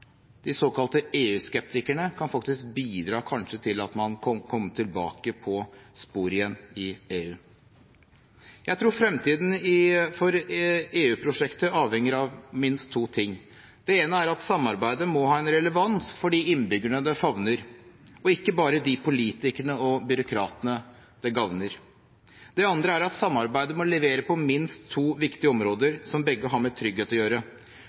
de såkalte EU-skeptikerne kanskje kan bidra til at man kommer tilbake på sporet igjen i EU. Jeg tror fremtiden for EU-prosjektet avhenger av minst to ting. Det ene er at samarbeidet må ha en relevans for de innbyggerne det favner, og ikke bare de politikerne og byråkratene det gagner. Det andre er at samarbeidet må levere på minst to viktige områder, som begge har med trygghet å gjøre